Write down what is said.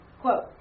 quote